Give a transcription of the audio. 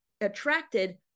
attracted